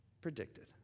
predicted